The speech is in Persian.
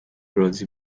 رازی